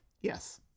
Yes